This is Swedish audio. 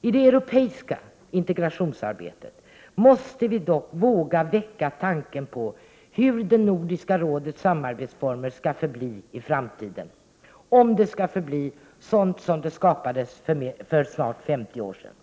I det europeiska integrationsarbetet måste vi dock våga väcka tanken på Nordiska rådets arbetsformer i framtiden, om de skall förbli sådana de skapades för snart 50 år sedan.